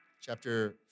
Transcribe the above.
chapter